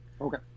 Okay